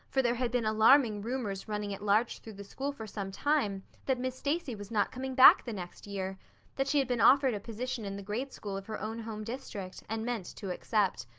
for there had been alarming rumors running at large through the school for some time that miss stacy was not coming back the next year that she had been offered a position in the grade school of her own home district and meant to accept.